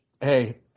Hey